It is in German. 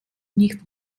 nicht